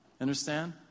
Understand